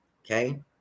Okay